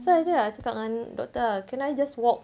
so I cakap ah I cakap dengan doctor ah can I just walk